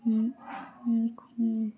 ম